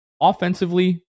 offensively